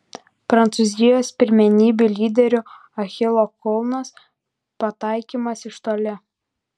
prancūzijos pirmenybių lyderių achilo kulnas pataikymas iš toli